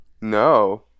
No